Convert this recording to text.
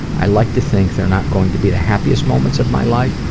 i like to think they're not going to be the happiest moments of my life,